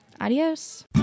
Adios